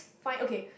fine okay